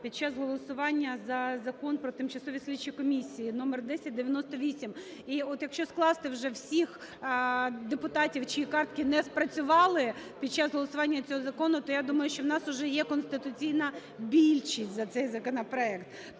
під час голосування за Закон про тимчасові слідчі комісії (№ 1098). І якщо скласти вже всіх депутатів, чиї картки не спрацювали під час голосування цього закону, то я думаю, що у нас вже є конституційна більшість за цей законопроект.